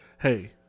Hey